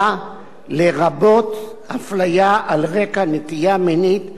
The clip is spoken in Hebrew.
הפליה על רקע נטייה מינית או זהות מגדר",